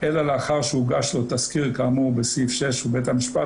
אלא לאחר שהוגש לו תסקיר כאמור בסעיף 6 ובית המשפט